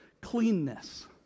cleanness